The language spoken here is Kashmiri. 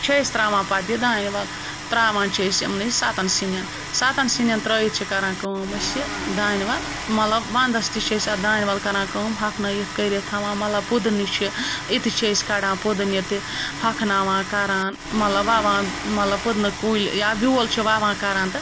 چھِ أسۍ ترٛاوان پَتہٕ یہِ دانہِ وَل ترٛاوان چھِ أسۍ یِمنٔے سَتَن سِنٮ۪ن سَتَن سِنٮ۪ن ترٛٲوِتھ چھِ کَران کٲم أسۍ یہِ دانہِ وَل مطلب وَندَس تہِ چھِ أسۍ اَتھ دانہِ وَل کَران کٲم ہۄکھنٲیِتھ کٔرِتھ تھَوان مطلب پُدنہٕ چھِ یہِ تہِ چھِ أسۍ کَڑان پُدنہِ تہِ ہۄکھناوان کَران مطلب وَوان مطلب پُدنہٕ کُلۍ یا بیول چھِ وَوان کَران تہٕ